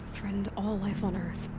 threatened all life on earth.